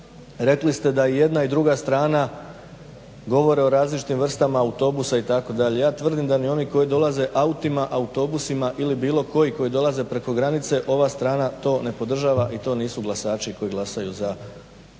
rekli ste da jedna i druga strana govore o različitim vrstama autobusa itd. Ja tvrdim da ni oni koji dolaze autima, autobusima ili bilo koji koji dolaze preko granice ova strana to ne podržava i to nisu glasači koji glasaju za našu